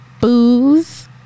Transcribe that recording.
booze